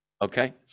Okay